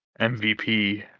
MVP